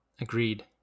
Agreed